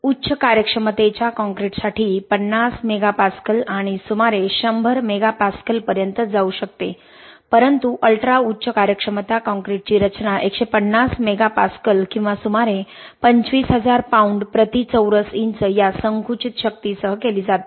उच्च कार्यक्षमतेच्या कॉंक्रीटसाठी 50 मेगा पास्कल आणि सुमारे 100 मेगा पास्कल पर्यंत जाऊ शकते परंतु अल्ट्रा उच्च कार्यक्षमता कॉंक्रिटची रचना 150 मेगा पास्कल किंवा सुमारे 25000 पाउंड प्रति चौरस इंच या संकुचित शक्तीसह केली जाते